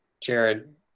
Jared